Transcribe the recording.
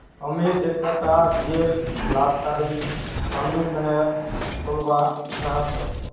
अमित एकटा गैर लाभकारी फाउंडेशन खोलवा चाह छ